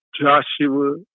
Joshua